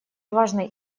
важный